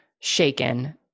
shaken